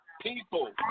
People